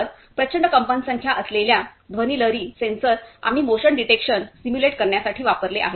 तर प्रचंड कंपनसंख्या असलेल्या ध्वनिलहरी सेन्सर आम्ही मोशन डिटेक्शन सिम्युलेट करण्यासाठी वापरले आहेत